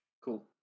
Cool